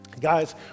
Guys